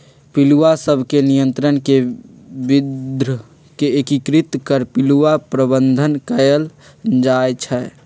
पिलुआ सभ के नियंत्रण के विद्ध के एकीकृत कर पिलुआ प्रबंधन कएल जाइ छइ